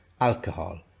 alcohol